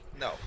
No